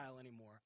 anymore